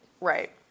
Right